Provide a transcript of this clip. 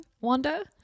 Wanda